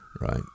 Right